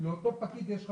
לאותו פקיד יש חשש,